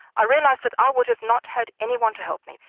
i realised that i would have not had anyone to help me.